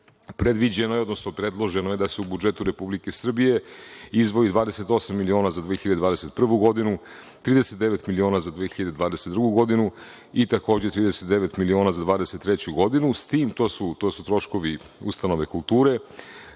„Staro sajmište“, predloženo je da se u budžetu Republike Srbije izdvoji 28 miliona za 2021. godinu, 39 miliona za 2022. godinu i takođe, 39 miliona za 2023. godinu, s tim, to su troškovi ustanove kulture,